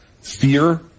fear